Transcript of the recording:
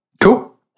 Cool